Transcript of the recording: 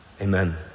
Amen